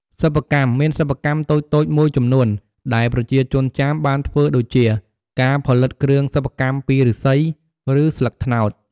សិប្បកម្ម មានសិប្បកម្មតូចៗមួយចំនួនដែលប្រជាជនចាមបានធ្វើដូចជា ការផលិតគ្រឿងសិប្បកម្មពីឫស្សី ឬស្លឹកត្នោត។